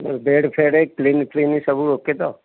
bed ଫେଡ଼୍ clean ଫ୍ଲିନ୍ ସବୁ ଓକେ ତ